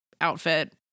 outfit